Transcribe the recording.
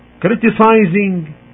criticizing